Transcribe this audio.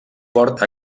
port